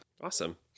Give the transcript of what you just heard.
Awesome